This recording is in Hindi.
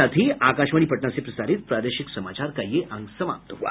इसके साथ ही आकाशवाणी पटना से प्रसारित प्रादेशिक समाचार का ये अंक समाप्त हुआ